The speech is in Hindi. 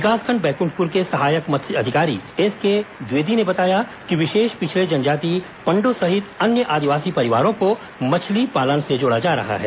विकासखंड बैकुंठपुर के सहायक मत्स्य अधिकारी एसके द्विवेदी ने बताया कि विशेष पिछड़े जनजाति पंडो सहित अन्य आदिवासी परिवारों को मछली पालन से जोड़ा जा रहा है